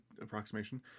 approximation